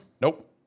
Nope